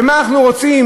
ומה אנחנו רוצים,